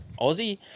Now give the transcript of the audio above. Aussie